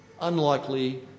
unlikely